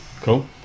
Cool